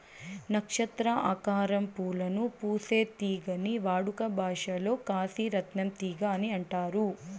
నక్షత్ర ఆకారం పూలను పూసే తీగని వాడుక భాషలో కాశీ రత్నం తీగ అని అంటారు